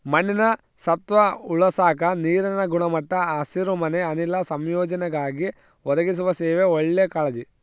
ಮಣ್ಣಿನ ಸತ್ವ ಉಳಸಾಕ ನೀರಿನ ಗುಣಮಟ್ಟ ಹಸಿರುಮನೆ ಅನಿಲ ಸಂಯೋಜನೆಗಾಗಿ ಒದಗಿಸುವ ಸೇವೆ ಒಳ್ಳೆ ಕಾಳಜಿ